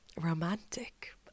romantic